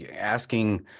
asking